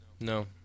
No